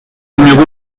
numéro